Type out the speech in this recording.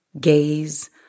gaze